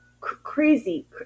crazy